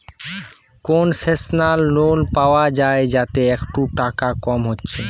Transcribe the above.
concessional loan পায়া যায় যাতে একটু টাকা কম হচ্ছে